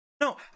no